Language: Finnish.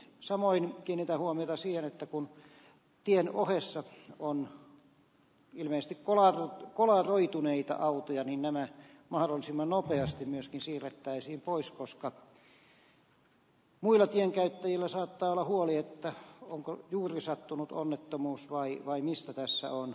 samoin kiinnitän huomiota siihen että kun tien ohessa on ilmeisesti kolaroituneita autoja niin nämä mahdollisimman nopeasti myöskin siirrettäisiin pois koska muilla tienkäyttäjillä saattaa olla huoli onko juuri sattunut onnettomuus vai mistä tässä on